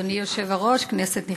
אדוני היושב-ראש, כנסת נכבדה,